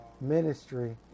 ministry